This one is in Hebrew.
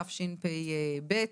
באדר תשפ"ב.